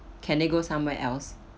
can they go somewhere else